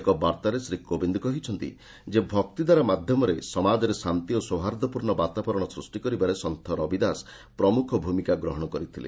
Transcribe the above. ଏକ ବାର୍ତ୍ତାରେ ଶ୍ରୀ କୋବିନ୍ଦ କହିଛନ୍ତି ଯେ ଭକ୍ତିଧାରା ମାଧ୍ୟମରେ ସମାଜରେ ଶାନ୍ତି ଓ ସୌହାର୍ଦ୍ଦ୍ୟପୂର୍ଣ୍ଣ ବାତାବରଣ ସୃଷ୍ଟି କରିବାରେ ସନ୍ଥ ରବିଦାସ ପ୍ରମୁଖ ଭୂମିକା ଗ୍ରହଣ କରିଥିଲେ